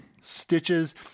Stitches